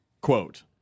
quote